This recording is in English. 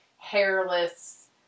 hairless